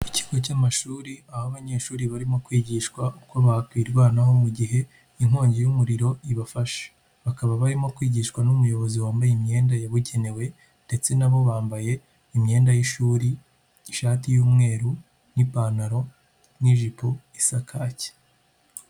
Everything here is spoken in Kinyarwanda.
Ikigo cy'amashuri aho abanyeshuri barimo kwigishwa uko bakwirwanaho mu gihe inkongi y'umuriro ibafasha, bakaba barimo kwigishwa n'umuyobozi wambaye imyenda yabugenewe ndetse nabo bambaye imyenda y'ishuri ishati y'umweru n'ipantaro n'ijipo isa kake.